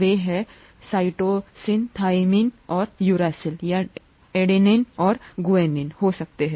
वे हैं वे cytosine thymine और यूरैसिल या एडेनिन और गुआनिन हो सकते हैं